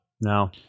No